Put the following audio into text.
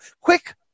Quick